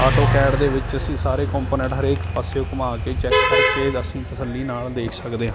AutoCAD ਦੇ ਵਿੱਚ ਅਸੀਂ ਸਾਰੇ ਕਪੋਨੈਂਟ ਹਰੇਕ ਪਾਸੇ ਘੁੰਮਾ ਕੇ ਚੈੱਕ ਕਰਕੇ ਇਹ ਦੱਸਣ ਤਸੱਲੀ ਨਾਲ ਦੇਖ ਸਕਦੇ ਹਾਂ